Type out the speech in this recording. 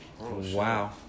Wow